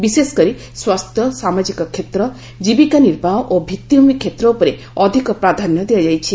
ବିଶେଷକରି ସ୍ୱାସ୍ଥ୍ୟ ସାମାଜିକ କ୍ଷେତ୍ର ଜୀବିକା ନିର୍ବାହ ଓ ଭିଭିଭୂମି କ୍ଷେତ୍ର ଉପରେ ଅଧିକ ପ୍ରାଧାନ୍ୟ ଦିଆଯାଇଛି